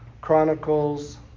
Chronicles